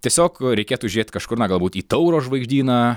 tiesiog reikėtų žiūrėt kažkur na galbūt į tauro žvaigždyną